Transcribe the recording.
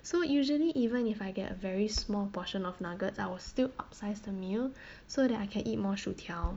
so usually even if I get a very small portion of nuggets I will still upsize the meal so that I can eat more 薯条